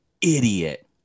idiot